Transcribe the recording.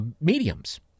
mediums